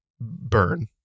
burn